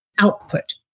output